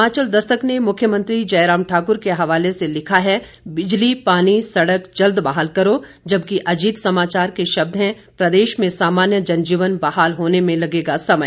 हिमाचल दस्तक ने मुख्यमंत्री जयराम ठाकुर के हवाले से लिखा है बिजली पानी सड़क जल्द बहाल करो जबकि अजीत समाचार के शब्द हैं प्रदेश में सामान्य जनजीवन बहाल होने में लगेगा समय